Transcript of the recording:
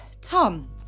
Tom